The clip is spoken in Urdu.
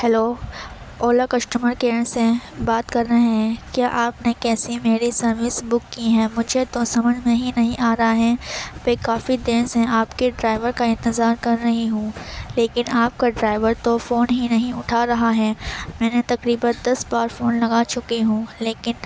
ہیلو اولا کسٹمر کیئر سے بات کر رہے ہیں کیا آپ نے کیسی میری سروس بک کی ہے مجھے تو سمجھ نہیں نہیں آ رہا ہے پہ کافی دیر سے آپ کے ڈرائیور کا انتظار کر رہی ہوں لیکن آپ کا ڈرائیور تو فون ہی نہیں اُٹھا رہا ہے میں نے تقریبآٓ دس بار فون لگا چُکی ہوں لیکن